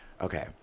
Okay